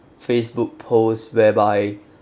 facebook post whereby